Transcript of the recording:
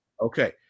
okay